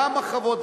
כמה חוות.